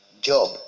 Job